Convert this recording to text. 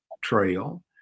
trail